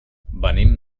venim